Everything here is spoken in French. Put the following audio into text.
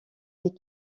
les